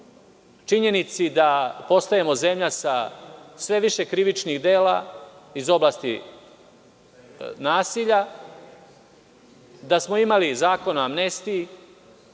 činjenici da postajemo zemlja sa sve više krivičnih dela iz oblasti nasilja, da smo imali Zakon o amnestiji.